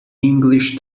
english